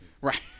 right